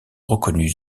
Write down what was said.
reconnu